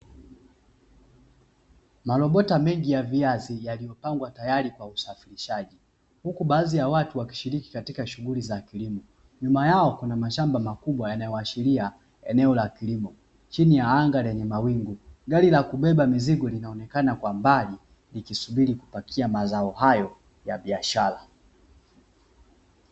Marobota mengi ya viazi yamepangwa tayari kwa usafirishaji huku baadhi ya watu wakishiriki katika shughuli za kilimo, nyuma yao kuna machamba makubwa inayoashiria eneo la kilimo. Kimya angani lenye mawingu, gari la kubeba mizigo linaonekana kwa mbali likisubiri kupakia mazao hayo ya biashara.